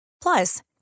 Plus